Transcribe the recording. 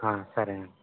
సరేనండి